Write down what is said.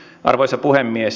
arvoisa puhemies